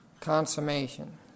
consummation